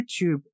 YouTube